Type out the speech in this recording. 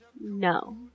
No